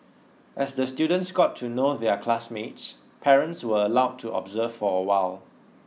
as the students got to know their classmates parents were allowed to observe for a while